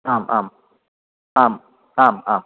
आम् आम् आम् आम् आम्